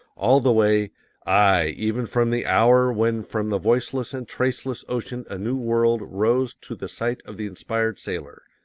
all the way aye, even from the hour when from the voiceless and traceless ocean a new world rose to the sight of the inspired sailor.